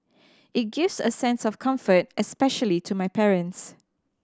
it gives a sense of comfort especially to my parents